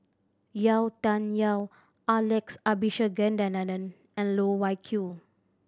Yau Tian Yau Alex Abisheganaden and Loh Wai Kiew